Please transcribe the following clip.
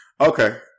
Okay